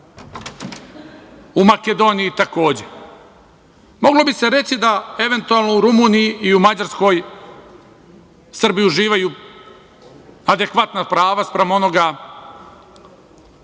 U Makedoniji, takođe. Moglo bi se reći da, eventualno u Rumuniji i u Mađarskoj Srbi uživaju adekvatna prava spram onoga,